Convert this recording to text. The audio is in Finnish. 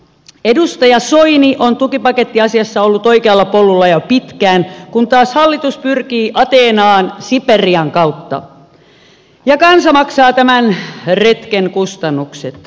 edustaja soini on tukipakettiasiassa ollut oikealla polulla jo pitkään kun taas hallitus pyrkii ateenaan siperian kautta ja kansa maksaa tämän retken kustannukset